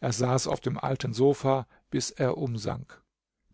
er saß auf dem alten sofa bis er umsank